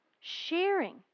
sharing